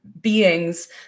beings